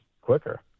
quicker